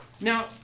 Now